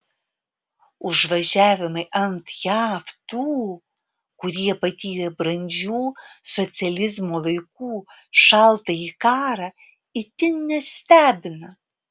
užvažiavimai ant jav tų kurie patyrė brandžių socializmo laikų šaltąjį karą itin nestebina